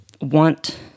want